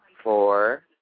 Four